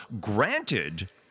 granted